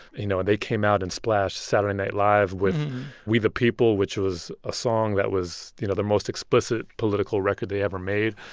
you know, and they came out and splashed saturday night live with we the people, which was a song that was, you know, their most explicit political record they ever made.